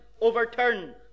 overturn